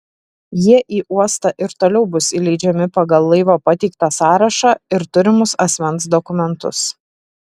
jie į uostą ir toliau bus įleidžiami pagal laivo pateiktą sąrašą ir turimus asmens dokumentus